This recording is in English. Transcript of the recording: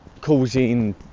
causing